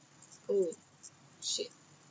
oh shit